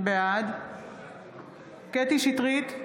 בעד קטי קטרין שטרית,